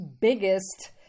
biggest